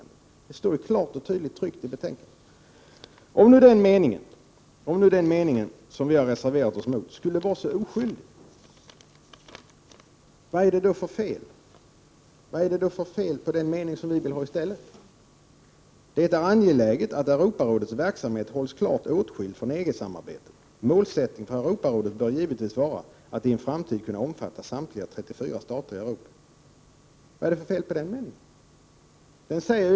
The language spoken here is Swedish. Dessutom står det klart och tydligt om EG i det här betänkandet. Om nu den mening som vi har reserverat oss mot skulle vara så oskyldig, vad är det då för fel på de meningar som vi vill ha i stället? De lyder: ”Det är angeläget att Europarådets verksamhet hålls klart åtskild från EG-samarbetet. Målsättningen för Europarådet bör givetvis vara att i en framtid kunna omfatta samtliga 34 stater i Europa.” Vad är det för fel på den formuleringen?